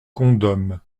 condom